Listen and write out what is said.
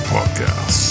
Podcast